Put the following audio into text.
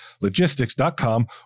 Logistics.com